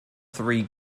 three